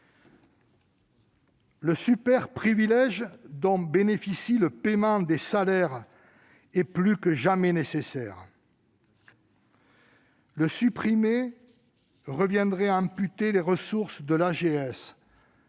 Le superprivilège dont bénéficie le paiement des salaires est plus que jamais nécessaire. Le supprimer reviendrait à amputer les ressources de l'AGS